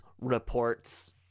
reports